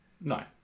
No